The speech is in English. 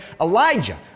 Elijah